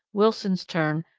wilson's tern,